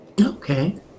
Okay